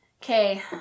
Okay